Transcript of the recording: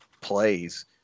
plays